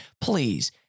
Please